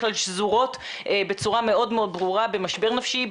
כלל שזורות בצורה מאוד מאוד ברורה במשבר נפשי,